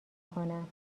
کنم